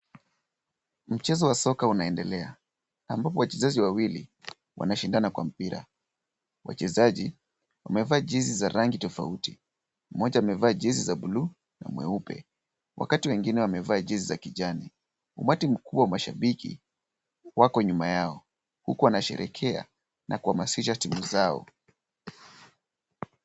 Mchezo wa soka unaendelea ambapo wachezaji wawili wanashindana kwa mpira. Wachezaji wamevaa jezi za rangi tofauti mmoja amevaa jezi za bluu na nyeupe wakati wengine wamevaa jezi za kijani. Umati mkubwa wa mashabiki wako nyuma yao huku wanasherehekea na kuhamasisha timu zao.